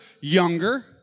younger